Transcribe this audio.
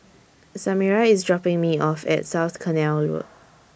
Samira IS dropping Me off At South Canal Road